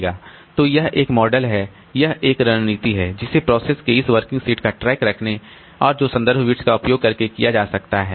तो यह एक मॉडल है यह एक रणनीति है जिसे प्रोसेस के इस वर्किंग सेट का ट्रैक रखने और जो संदर्भ बिट्स का उपयोग करके किया जा सकता है